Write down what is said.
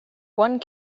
one